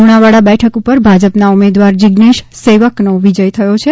લુણાવાડા બેઠક ઊપર ભાજપના ઊમેદવાર જીજ્ઞેશ સેવકનો વિજય થયો છે